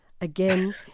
again